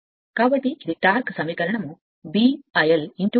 కాబట్టి ఇది నా టార్క్ సమీకరణం B IL r newton metre